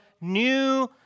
New